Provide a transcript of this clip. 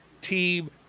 Team